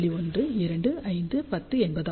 1 2 5 10 என்பதாகும்